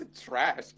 trash